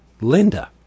Linda